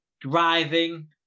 driving